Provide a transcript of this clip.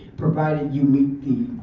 provided you meet the,